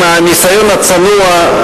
עם הניסיון הצנוע,